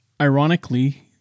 Ironically